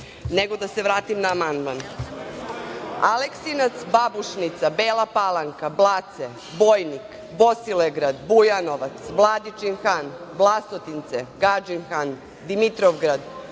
Nego, da se vratim na amandman. Aleksinac, Babušnica, Bela Palanka, Blace, Bojnik, Bosilegrad, Bujanovac, Vladičin Han, Vlasotince, Gadžin Han, Dimitrovgrad,